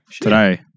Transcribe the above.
today